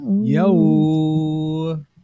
Yo